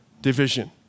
division